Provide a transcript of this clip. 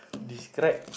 describe